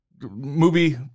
movie